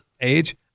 age